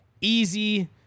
easy